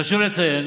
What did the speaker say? חשוב לציין